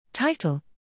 Title